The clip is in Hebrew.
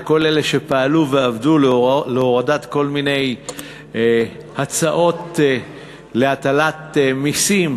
לכל אלה שפעלו ועבדו להורדת כל מיני הצעות להטלת מסים,